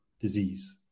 disease